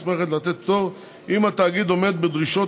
המוסמכת לתת פטור אם התאגיד עומד בדרישות